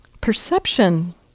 Perception